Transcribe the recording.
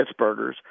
Pittsburghers